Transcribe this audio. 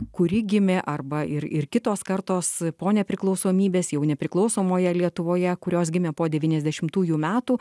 kuri gimė arba ir ir kitos kartos po nepriklausomybės jau nepriklausomoje lietuvoje kurios gimė po devyniasdešimųjų metų